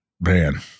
man